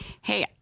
Hey